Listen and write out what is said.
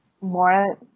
more